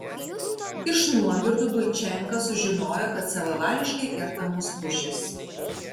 iš nuogirdų buičenka sužinojo kad savavališkai kertamos pušys